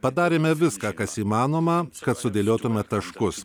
padarėme viską kas įmanoma kad sudėliotume taškus